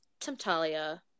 temptalia